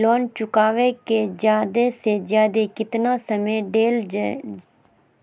Loan चुकाबे के जादे से जादे केतना समय डेल जयते?